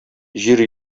җир